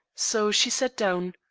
so she sat down.